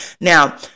now